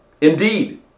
indeed